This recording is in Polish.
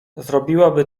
zrobiłaby